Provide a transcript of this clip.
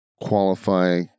qualify